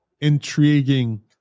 intriguing